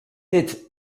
tête